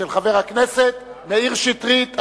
של חבר הכנסת מאיר שטרית.